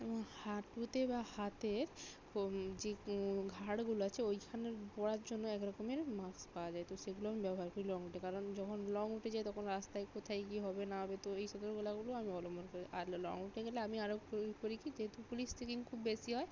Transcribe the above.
আমার হাঁটুতে বা হাতের যে হাড়গুলো আছে ওইখানের গোড়ার জন্য এক রকমের মাস্ক পাওয়া যায় তো সেগুলো আমি ব্যবহার করি লং রুটে কারণ যখন লং রুটে যাই তখন রাস্তায় কোথায় কী হবে না হবে তো এই সতর্কতাগুলো আমি অবলম্বন করি আর লং রুটে গেলে আমি আরও কী করি কী যেহেতু পুলিশ চেকিং খুব বেশি হয়